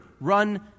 run